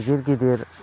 गिदिर गिदिर